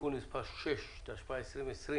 (תיקון מס' 6), התשפ"א-2020.